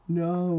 no